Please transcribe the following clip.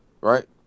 right